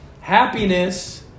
happiness